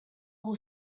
will